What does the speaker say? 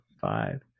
five